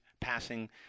passing